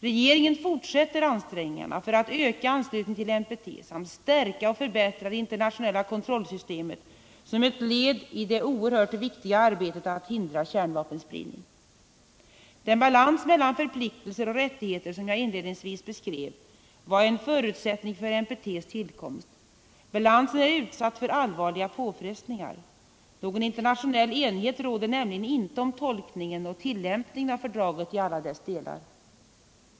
Regeringen fortsätter ansträngningarna för att öka anslutningen till NPT samt stärka och förbättra det internationella kontrollsystemet som ett led i det oerhört viktiga arbetet att hindra kärnvapenspridning. Den balans mellan förpliktelser och rättigheter som jag inledningsvis beskrev var en förutsättning för NPT:s tillkomst. Balansen är utsatt för allvarliga påfrestningar. Någon internationell enighet råder nämligen inte om tolkningen och tillämpningen av fördraget i alla dess delar.